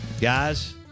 Guys